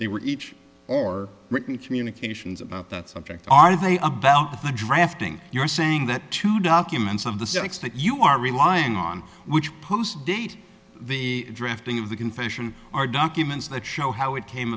they were each or written communications about that subject are they about the drafting you're saying that two documents of the six that you are relying on which post date the drafting of the confession are documents that show how it came